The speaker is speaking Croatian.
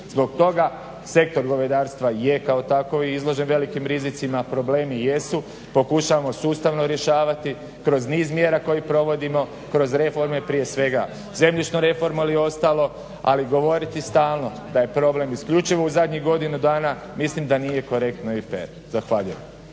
Zbog toga sektor govedarstva je kao i tako izložen velikim rizicima, problemi jesu, pokušamo sustavno rješavati kroz niz mjera koje provodimo, kroz reforme prije svega zemljišno reforme ili ostalo ali govoriti stalno da je problem isključivo u zadnjih godinu dana mislim da nije korektno i fer. Zahvaljujem.